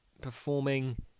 performing